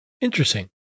Interesting